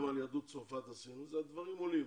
גם על יהדות צרפת, הדברים עולים.